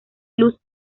luz